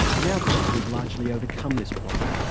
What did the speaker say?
nowadays, we've largely overcome this problem.